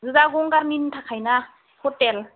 ओजा गंगारनिनो थाखायोना हटेल